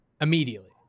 immediately